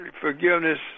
forgiveness